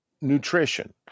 nutrition